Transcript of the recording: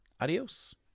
Adios